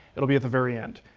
it'll be at the very end.